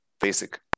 basic